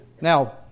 Now